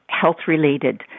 health-related